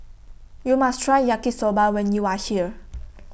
YOU must Try Yaki Soba when YOU Are here